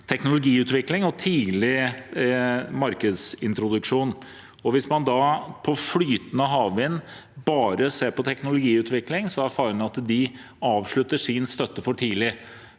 teknologiutvikling og tidlig markedsintroduksjon. Hvis man innen flytende havvind bare ser på teknologiutvikling, er faren at de avslutter sin støtte for tidlig.